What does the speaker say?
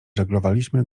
żeglowaliśmy